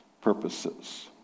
purposes